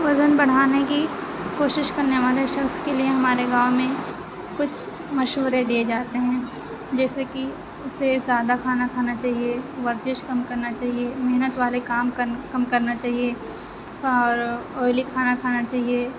وزن بڑھانے کی کوشش کرنے والے شخص کے لیے ہمارے گاؤں میں کچھ مشورے دیے جاتے ہیں جیسے کہ اسے زیادہ کھانا کھانا چاہیے ورزش کم کرنا چاہیے محنت والے کام کم کرنا چاہیے اور اوئلی کھانا کھانا چاہیے